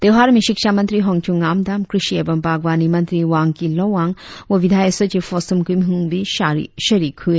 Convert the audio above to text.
त्योहार में शिक्षा मंत्री होनचुन ङान्दाम कृषि एवं बागवानी मंत्री वांग्की लोवांग व विधायी सचिव फोसुम खिमहुम भी शारिक हुए